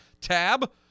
tab